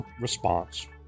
response